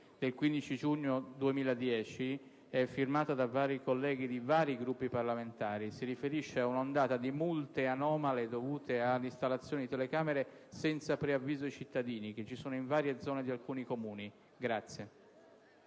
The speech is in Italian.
del 15 giugno 2010, firmata da vari colleghi di diversi Gruppi parlamentari. Si riferisce a un'ondata di multe anomale, dovute all'installazione di telecamere senza preavviso ai cittadini, presenti in varie zone di alcuni Comuni.